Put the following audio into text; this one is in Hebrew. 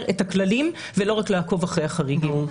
את הכללים ולא רק לעקוב אחרי החריגים.